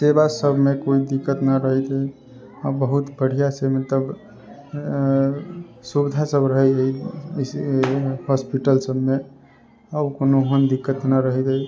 सेवा सभमे कोइ दिक्कत नहि रहैत अछि आ बहुत बढ़िआँसँ मतलब सुविधा सभ रहैत अछि हॉस्पिटल सभमे आब कोनो ओहन दिक्कत नहि रहैत अछि